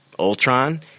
Ultron